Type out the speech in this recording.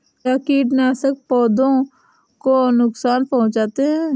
क्या कीटनाशक पौधों को नुकसान पहुँचाते हैं?